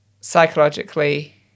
psychologically